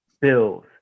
bills